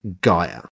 Gaia